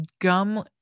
gum